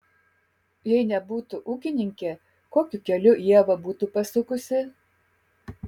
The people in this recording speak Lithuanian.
jei nebūtų ūkininkė kokiu keliu ieva būtų pasukusi